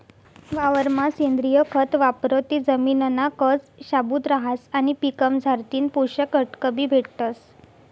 वावरमा सेंद्रिय खत वापरं ते जमिनना कस शाबूत रहास आणि पीकमझारथीन पोषक घटकबी भेटतस